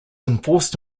enforced